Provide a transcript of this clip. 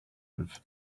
have